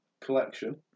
Collection